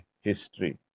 history